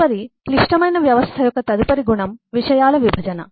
తదుపరి క్లిష్టమైన వ్యవస్థ యొక్క తదుపరి గుణం విషయాల విభజన